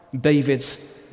David's